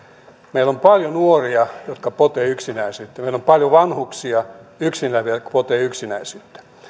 meillä on paljon nuoria jotka potevat yksinäisyyttä meillä on paljon vanhuksia yksin eläviä jotka potevat